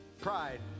Pride